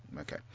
Okay